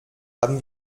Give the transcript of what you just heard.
haben